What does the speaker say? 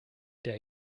der